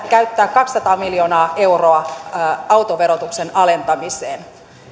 käyttää kaksisataa miljoonaa euroa autoverotuksen alentamiseen